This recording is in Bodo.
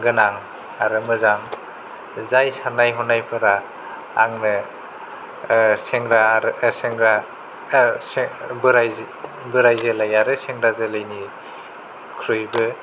गोनां आरो मोजां जाय साननाय हनायफोरा आंनो सेंग्रा आरो सेंग्रा बोराइ जोलै आरो सेंग्रा जोलैनि ख्रुइबो